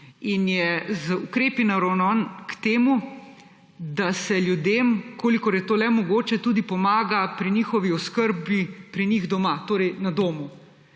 in je z ukrepi naravnan k temu, da se ljudem, kolikor je to le mogoče, tudi pomaga pri njihovi oskrbi pri njih doma, torej na domu.